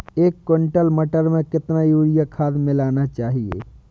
एक कुंटल मटर में कितना यूरिया खाद मिलाना चाहिए?